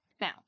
Now